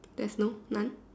there's no none